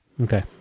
okay